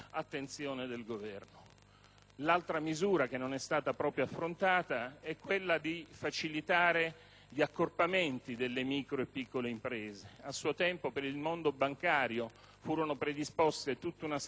L'altra misura che non è stata proprio affrontata è quella che prevede di facilitare gli accorpamenti delle micro e piccole imprese. A suo tempo, per il mondo bancario furono predisposte delle agevolazioni;